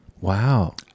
Wow